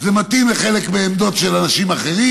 זה מתאים לחלק מהעמדות של אנשים אחרים.